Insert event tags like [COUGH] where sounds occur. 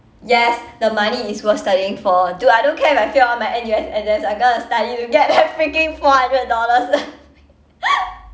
yes the money is worth studying for dude I don't care if I fail all my N_U_S exams I'm gonna study to get that freaking four hundred dollars [LAUGHS]